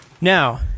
Now